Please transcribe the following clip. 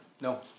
No